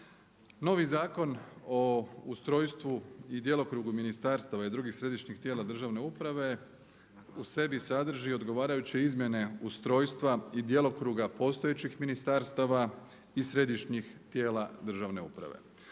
Novi Zakon o ustrojstvu i djelokrugu ministarstava i drugih središnjih tijela državne uprave u sebi sadrži odgovarajuće izmjene ustrojstva i djelokruga postojećih ministarstava i središnjih tijela državne uprave.